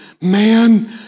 man